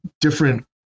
different